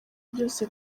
byose